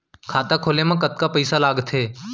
खाता खोले मा कतका पइसा लागथे?